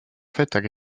faites